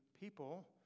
people